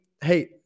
hey